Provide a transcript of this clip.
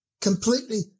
Completely